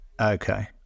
Okay